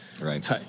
Right